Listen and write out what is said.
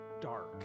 dark